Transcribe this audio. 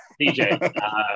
DJ